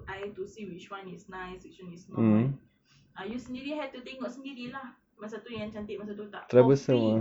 eye to see which one is nice which one is not ah you sendiri have to tengok sendiri lah mana satu yang cantik mana satu tak for free